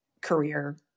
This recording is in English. career